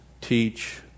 teach